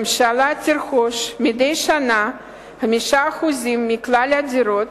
הממשלה תרכוש מדי שנה 5% מכלל הדירות